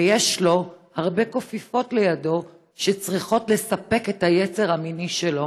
ויש לו הרבה קופיפות לידו שצריכות לספק את היצר המיני שלו.